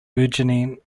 burgeoning